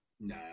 No